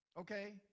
Okay